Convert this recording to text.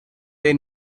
they